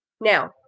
Now